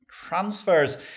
transfers